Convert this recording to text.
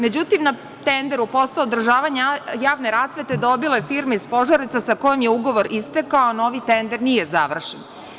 Međutim, na tenderu posao održavanja javne rasvete dobila je firma iz Požarevca, sa kojom je ugovor istekao a novi tender nije završen.